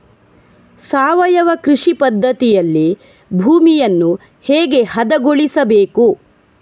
ಸಾವಯವ ಕೃಷಿ ಪದ್ಧತಿಯಲ್ಲಿ ಭೂಮಿಯನ್ನು ಹೇಗೆ ಹದಗೊಳಿಸಬೇಕು?